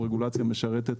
רגולציה משרתת